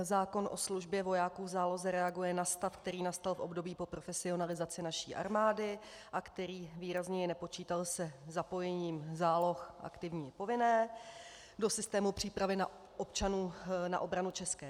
Zákon o službě vojáků v záloze reaguje na stav, který nastal v období po profesionalizaci naší armády a který výrazněji nepočítal se zapojením záloh aktivní i povinné do systému přípravy občanů na obranu ČR.